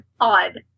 odd